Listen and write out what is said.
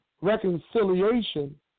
reconciliation